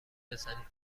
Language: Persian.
بزنیم